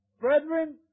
Brethren